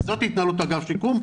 זאת התנהלות אגף שיקום.